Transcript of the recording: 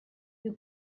you